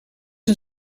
een